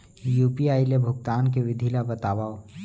UPI ले भुगतान के विधि ला बतावव